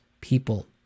people